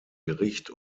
gericht